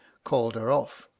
called her off.